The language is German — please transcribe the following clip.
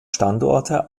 standorte